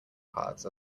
cards